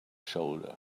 shoulder